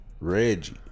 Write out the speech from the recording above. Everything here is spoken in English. Reggie